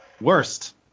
Worst